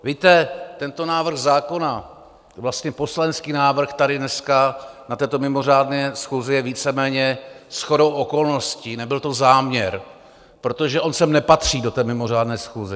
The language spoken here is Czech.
Víte, tento návrh zákona, vlastně poslanecký návrh tady dneska na této mimořádné schůzi, je víceméně shodou okolností, nebyl to záměr, protože on sem nepatří, do té mimořádné schůze.